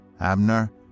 Abner